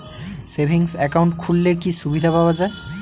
Savings account খুললে কি সুবিধা পাওয়া যায়?